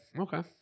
Okay